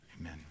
Amen